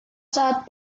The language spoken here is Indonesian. saat